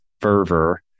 fervor